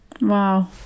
Wow